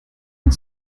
und